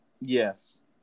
Yes